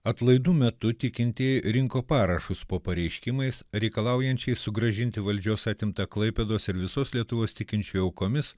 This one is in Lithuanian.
atlaidų metu tikintieji rinko parašus po pareiškimais reikalaujančiais sugrąžinti valdžios atimtą klaipėdos ir visos lietuvos tikinčiųjų aukomis